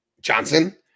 Johnson